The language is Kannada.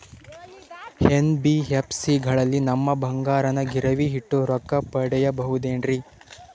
ಎನ್.ಬಿ.ಎಫ್.ಸಿ ಗಳಲ್ಲಿ ನಮ್ಮ ಬಂಗಾರನ ಗಿರಿವಿ ಇಟ್ಟು ರೊಕ್ಕ ಪಡೆಯಬಹುದೇನ್ರಿ?